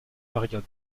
période